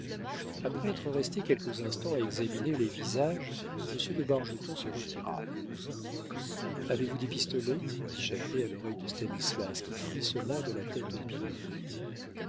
après être resté quelques instants à examiner les visages monsieur de bargeton se retira avez-vous des pistolets dit châtelet à l'oreille de stanislas qui frissonna de la tête aux pieds